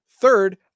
Third